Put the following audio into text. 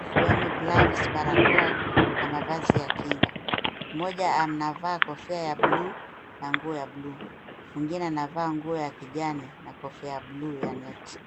ikiwemo gloves , barakoa na mavazi ya kinga. Mmoja anavaa kofia ya blue na nguo ya blue . Mwingine anavaa nguo ya kijani na kofia ya blue ya neti.